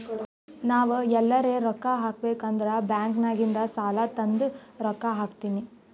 ನಾವ್ ಎಲ್ಲಾರೆ ರೊಕ್ಕಾ ಹಾಕಬೇಕ್ ಅಂದುರ್ ಬ್ಯಾಂಕ್ ನಾಗಿಂದ್ ಸಾಲಾ ತಂದಿ ರೊಕ್ಕಾ ಹಾಕ್ತೀನಿ